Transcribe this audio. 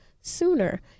sooner